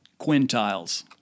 Quintiles